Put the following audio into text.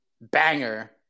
banger